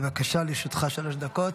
בבקשה, לרשותך שלוש דקות.